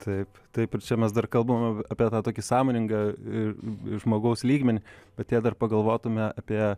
taip taip ir čia mes dar kalbam apie apie tą tokį sąmoningą žmogaus lygmenį mat jei dar pagalvotume apie